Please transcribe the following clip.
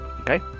okay